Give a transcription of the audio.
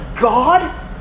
God